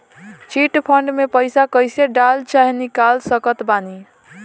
Chit fund मे पईसा कईसे डाल चाहे निकाल सकत बानी?